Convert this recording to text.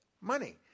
money